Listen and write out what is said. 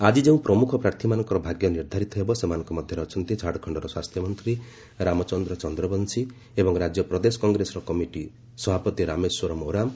ଆଜି ଯେଉଁ ପ୍ରମୁଖ ପ୍ରାର୍ଥୀମାନଙ୍କର ଭାଗ୍ୟ ନିର୍ଦ୍ଧାରିତ ହେବ ସେମାନଙ୍କ ମଧ୍ୟରେ ଅଛନ୍ତି ଝାଡ଼ଖଣ୍ଡର ସ୍ୱାସ୍ଥ୍ୟମନ୍ତ୍ରୀ ରାମଚନ୍ଦ୍ର ଚନ୍ଦ୍ରବଂଶୀ ଏବଂ ରାଜ୍ୟ ପ୍ରଦେଶ କଂଗ୍ରେସ କମିଟିର ସଭାପତି ରାମେଶ୍ୱର ଓରାମ୍